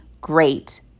great